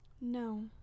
No